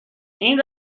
این